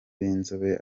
b’inzobe